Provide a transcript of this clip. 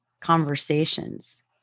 conversations